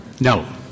No